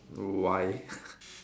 why